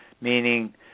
meaning